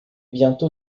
bientôt